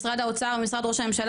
משרד האוצר ומשרד רוה"מ,